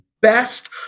best